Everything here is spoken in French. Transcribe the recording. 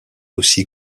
aussi